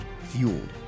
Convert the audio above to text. FUELED